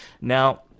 Now